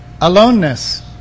Aloneness